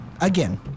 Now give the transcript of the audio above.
Again